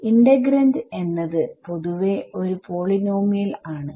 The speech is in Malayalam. ഇന്റഗ്രൻഡ് എന്നത് പൊതുവെ ഒരു പോളിനോമിയൽആണ്